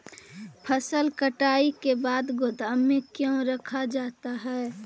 फसल कटाई के बाद गोदाम में क्यों रखा जाता है?